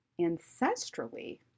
ancestrally